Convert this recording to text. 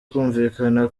kumvikana